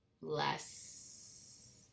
less